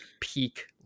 peak